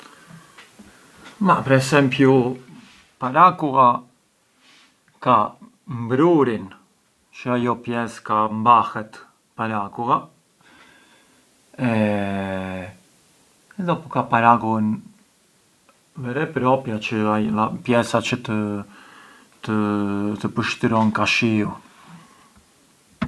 Ma per esempiu parakulla ka mbrurin çë ë ajo pjesë ka mbanet parakulla, e pran ka parakullën vera e propria çë ë pjesa çë të… të pështron ka shiu.